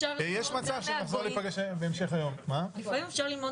הישיבה ננעלה בשעה 11:00.